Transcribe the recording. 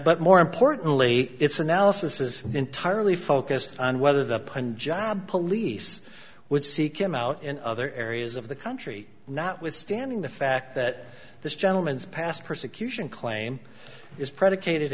but more importantly its analysis is entirely focused on whether the punjab police would seek him out in other areas of the country notwithstanding the fact that this gentleman is past persecution claim is predicated